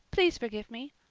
please forgive me.